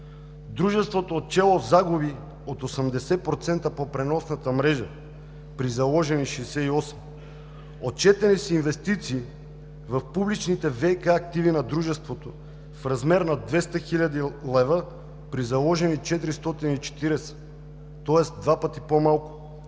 Дружеството е отчело загуби от 80% по преносната мрежа при заложени 68%. Отчетени са инвестиции в публичните ВиК активи на дружеството в размер на 200 хил. лв., при заложени 440 хил. лв., тоест два пъти по-малко.